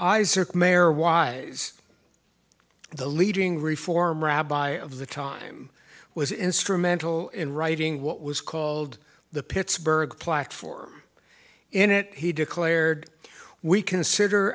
mer wise the leading reform rabbi of the time was instrumental in writing what was called the pittsburgh platform in it he declared we consider